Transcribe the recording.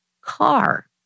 car